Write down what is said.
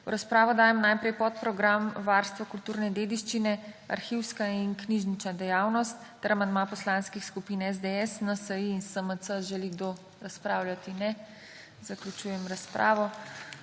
V razpravo dajem najprej podprogram Varstvo kulturne dediščine, arhivska in knjižnična dejavnost ter amandma poslanskih skupin SDS, NSi in SMC. Želi kdo razpravljati? Ne. Zaključujem razpravo.